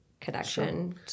connection